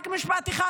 רק משפט אחד,